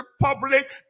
republic